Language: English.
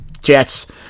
Jets